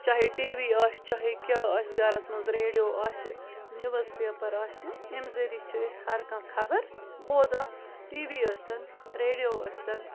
چاہے TV آسہِ چاہے کیٛاہ آسہِ گَرس منٛز ریڈیو آسہِ نِوٕز پیپر آسہِ اَمہِ ذٔریعہِ چھِ أسۍ ہر کانٛہہ خبر بوزان ٹی وی ٲسۍتن ریڈیو ٲسۍتن